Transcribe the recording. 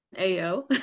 AO